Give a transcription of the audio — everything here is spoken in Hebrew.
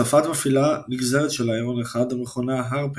צרפת מפעילה נגזרת של ההרון 1 המכונה הרפנג,